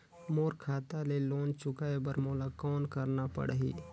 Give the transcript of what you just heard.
मोर खाता ले लोन चुकाय बर मोला कौन करना पड़ही?